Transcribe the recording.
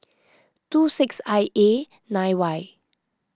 two six I A nine Y